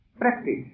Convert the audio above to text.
practice